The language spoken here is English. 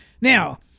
Now